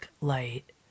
light